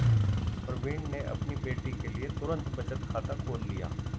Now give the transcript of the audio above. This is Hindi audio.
प्रवीण ने अपनी बेटी के लिए तुरंत बचत खाता खोल लिया